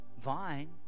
vine